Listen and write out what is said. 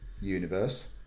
Universe